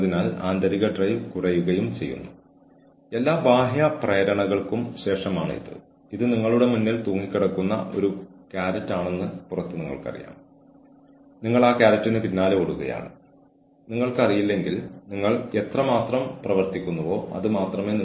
നമ്മളുടെ ജോലി നന്നായി ചെയ്യുന്നതിനായി നമ്മൾ പഠിക്കേണ്ട പുതിയ കാര്യങ്ങളുടെ നമ്മളുടെ കഴിവുകൾ അപ്ഡേറ്റ് ചെയ്യാൻ ഓർഗനൈസേഷൻ സൌകര്യമൊരുക്കുകയാണെങ്കിൽ അതിൽ നമ്മൾക്ക് സന്തോഷമുണ്ട്